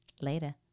Later